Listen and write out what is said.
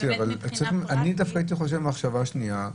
אני דווקא הייתי חושב במחשבה שנייה,